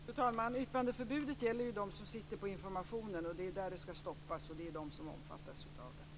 Fru talman! Yppandeförbudet gäller ju dem som sitter på informationen. Det är där det ska stoppas, och det är de som omfattas av det.